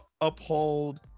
uphold